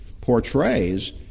portrays